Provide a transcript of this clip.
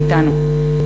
מאתנו.